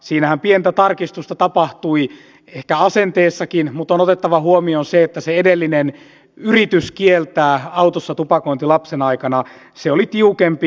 siinähän pientä tarkistusta tapahtui ehkä asenteessakin mutta on otettava huomioon se että se edellinen yritys kieltää autossa tupakointi lapsen aikana oli tiukempi